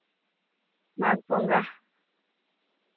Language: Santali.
ᱢᱟᱜᱽ ᱵᱚᱸᱜᱟ